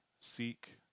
seek